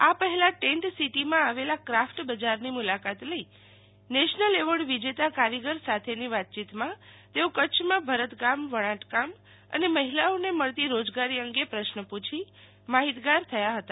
આ પહેલા ટેન્ટ સિટીમાં આવેલ ક્રાફ્ટ બજારની મુલાકાત લઇ નેશનલ એવોરડ વિજેતા કારીગર સાથેની વાતચીતમાં તેઓ કચ્છમાં ભરતકામવણાટકામ અને મહિલાઓને મળતી રોજગારી અંગે પ્રશ્નો પુછી માહિતગાર થયા હતા